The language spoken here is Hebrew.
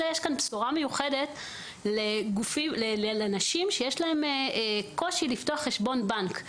יש כאן בשורה מיוחדת לאנשים שיש לה קושי לפתוח חשבון בנק,